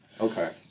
okay